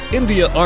India